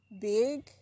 big